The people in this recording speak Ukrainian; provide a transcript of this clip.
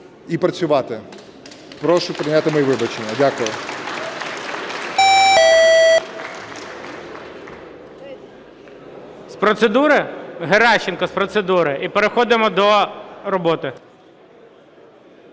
і працювати . Прошу прийняти мої вибачення. Дякую.